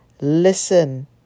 listen